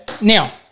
Now